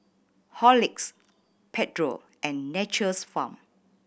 Horlicks Pedro and Nature's Farm